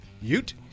Ute